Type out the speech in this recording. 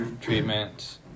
treatment